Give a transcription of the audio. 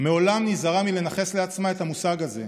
מעולם נזהרה מלנכס לעצמה את המושג הזה.